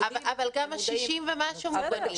כי הם יודעים --- אבל גם ה-60 ומשהו מוגנים.